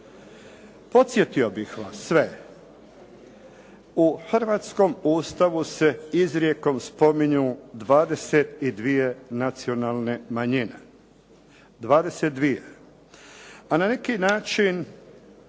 Podsjetio bih vas sve u hrvatskom Ustavu se izrijekom spominju 22 nacionalne manjine, 22. Pa na neki način